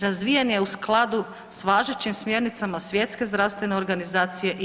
Razvijen je u skladu sa važećim smjernicama Svjetske zdravstvene organizacije i EU.